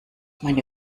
meine